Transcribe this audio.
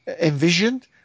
envisioned